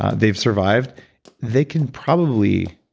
they've survived they can probably,